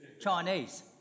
Chinese